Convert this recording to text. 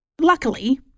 luckily